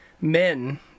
men